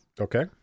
okay